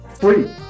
free